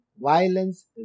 violence